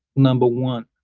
number one.